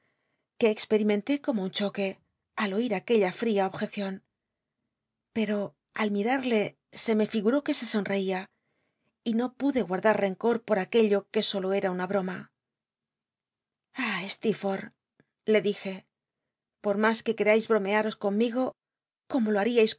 que experimenté como un choque al oir aquella fria objecion pero al miral'ie se me figuró que se sonreía y no pude guardar rencor por aquello que sólo era una broma alt steerforth le dije pot mas que queráis bromea os conmigo como lo haríais